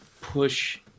push